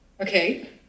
Okay